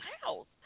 house